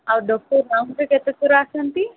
ଆଉ ଡକ୍ଟର୍ ରାଉଣ୍ଡ୍ରେ କେତେ ଥର ଆସନ୍ତି